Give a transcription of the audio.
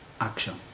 Action